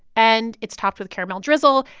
and it's topped with caramel drizzle.